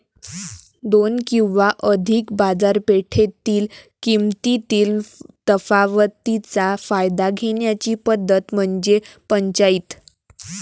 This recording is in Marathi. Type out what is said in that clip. दोन किंवा अधिक बाजारपेठेतील किमतीतील तफावतीचा फायदा घेण्याची पद्धत म्हणजे पंचाईत